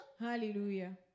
Hallelujah